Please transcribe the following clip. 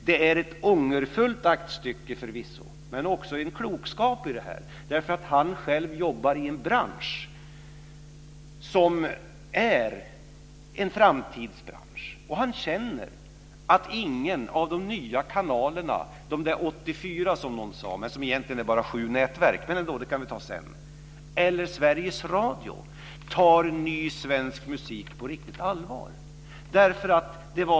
Det är förvisso ett ångerfyllt aktstycke, men det finns också en klokskap i detta. Bert Karlsson jobbar själv i en bransch som är en framtidsbransch. Han känner att ingen av de nya kanalerna - de 84 som någon sade, men som egentligen bara är sju nätverk - eller Sveriges Radio tar ny svensk musik på riktigt allvar.